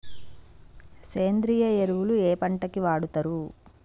సేంద్రీయ ఎరువులు ఏ పంట కి వాడుతరు?